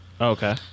okay